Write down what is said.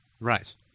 right